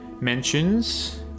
Mentions